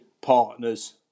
partners